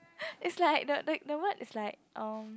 is like the the the word is like um